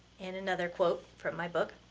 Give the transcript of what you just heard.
and another quote from my book,